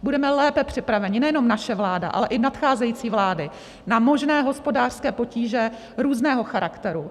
Budeme lépe připraveni, nejenom naše vláda, ale i nadcházející vlády, na možné hospodářské potíže různého charakteru.